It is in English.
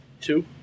two